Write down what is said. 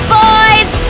boys